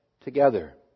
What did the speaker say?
together